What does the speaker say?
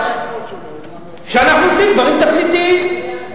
אנחנו עושים דברים תכליתיים.